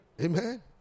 Amen